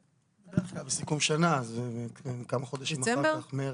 בדרך כלל בסיכום שנה, כמה חודשים אחר כך, במרס.